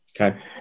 Okay